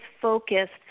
focused